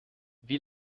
wie